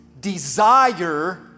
desire